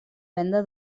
venda